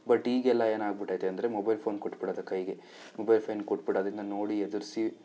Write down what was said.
but ಈಗೆಲ್ಲ ಏನು ಆಗಿಬಿಟೈತೆ ಅಂದರೆ ಮೊಬೈಲ್ ಫೋನ್ ಕೊಟ್ಬಿಡೋದು ಕೈಗೆ ಮೊಬೈಲ್ ಫೋನ್ ಕೊಟ್ಬಿಡೋದು ಇದನ್ನ ನೋಡಿ ಎದುರಿಸಿ